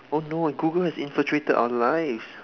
oh no Google has infiltrated our lives